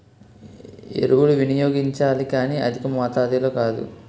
ఎరువులు వినియోగించాలి కానీ అధికమాతాధిలో కాదు